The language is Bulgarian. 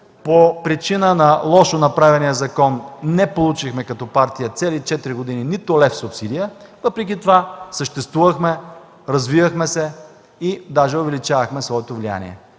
По причини на лошо направения закон не получихме цели четири години нито лев субсидия като партия. Въпреки това съществувахме, развивахме се и дори увеличавахме своето влияние.